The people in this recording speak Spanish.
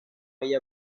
ella